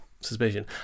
suspicion